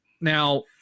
now